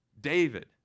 David